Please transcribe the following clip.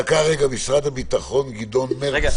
אם אני מבינה נכון, דיברנו